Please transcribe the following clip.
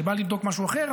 שבא לבדוק משהו אחר,